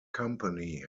company